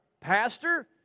pastor